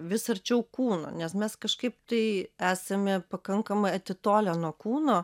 vis arčiau kūno nes mes kažkaip tai esame pakankamai atitolę nuo kūno